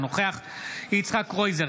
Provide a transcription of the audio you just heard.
אינו נוכח יצחק קרויזר,